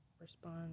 respond